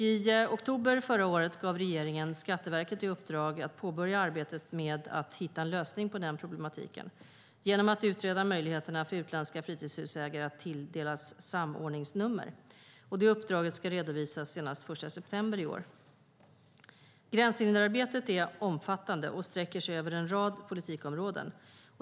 I oktober förra året gav regeringen Skatteverket i uppdrag att påbörja arbetet med att hitta en lösning på problematiken genom att utreda möjligheterna för utländska fritidshusägare att tilldelas samordningsnummer. Uppdraget ska redovisas senast 1 september i år. Gränshinderarbetet är omfattande, och sträcker sig över en rad politikområden.